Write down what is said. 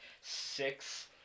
six